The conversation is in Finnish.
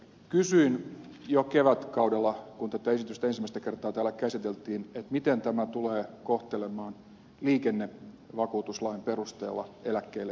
kysyin jo kevätkaudella kun tätä esitystä ensimmäistä kertaa täällä käsiteltiin miten tämä tulee kohtelemaan liikennevakuutuslain perusteella eläkkeelle joutuneita